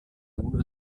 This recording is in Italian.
uno